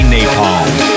Napalm